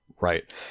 Right